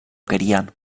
querían